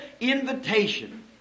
invitation